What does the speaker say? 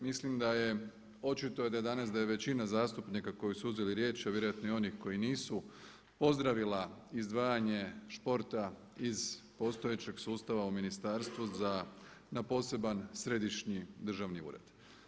Mislim da je, očito je da je danas da je većina zastupnika koji su uzeli riječ a vjerojatno i onih koji nisu pozdravila izdvajanje športa iz postojećeg sustava u Ministarstvo za na poseban Središnji državni ured.